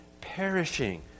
perishing